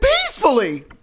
peacefully